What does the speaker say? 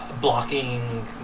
blocking